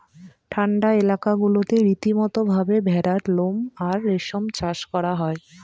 ঠান্ডা এলাকা গুলাতে রীতিমতো ভাবে ভেড়ার লোম আর রেশম চাষ করা হয়